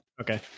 Okay